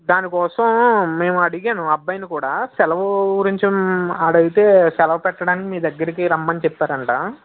దాని కోసం మేము అడిగాను అబ్బాయిని కూడా సెలవు గురించి అడిగితే సెలవు పెట్టడానికి మీ దగ్గరికి రమ్మని చెప్పారంట